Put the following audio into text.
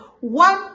One